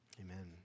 Amen